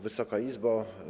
Wysoka Izbo!